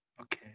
Okay